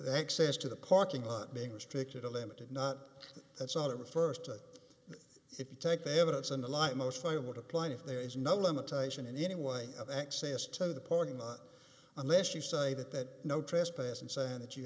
access to the parking lot being restricted a limited not that sort of refers to if you take the evidence in the light most favorable to plaintiff there is no limitation in any way of access to the parking lot unless you say that that no trespass and saying that you